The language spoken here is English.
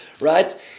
Right